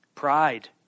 Pride